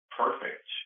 perfect